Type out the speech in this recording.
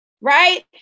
right